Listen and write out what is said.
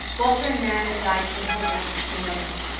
walter and nan and di came home last night from redmond.